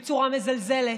בצורה מזלזלת.